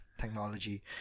technology